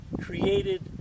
created